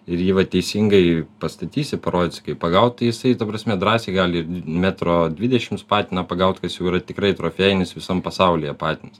ir jį vat teisingai pastatysi parodysi kaip pagaut jisai ta prasme drąsiai gali metro dvidešimt patiną pagaut kas yra tikrai trofėjinis visam pasaulyje patinas